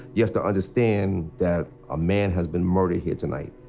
you have to understand that a man has been murdered here tonight.